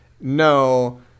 no